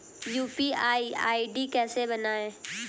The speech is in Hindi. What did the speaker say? यू.पी.आई आई.डी कैसे बनाएं?